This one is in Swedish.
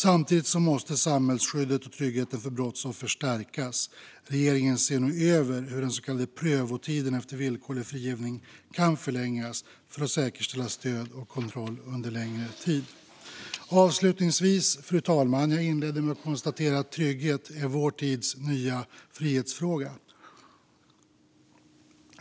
Samtidigt måste samhällsskyddet och tryggheten för brottsoffer stärkas. Regeringen ser nu över hur den så kallade prövotiden efter villkorlig frigivning kan förlängas för att säkerställa stöd och kontroll under längre tid. Avslutningsvis, fru talman: Jag inledde med att konstatera att trygghet är vår tids nya frihetsfråga.